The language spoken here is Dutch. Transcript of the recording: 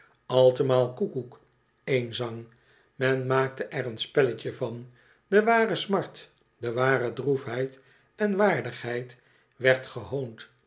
altemaal koekoek één zang men maakte er een spelletje van de ware smart do ware droefheiden waardigheid werd gehoond